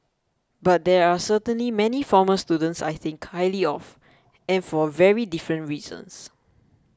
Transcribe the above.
but there are certainly many former students I think highly of and for very different reasons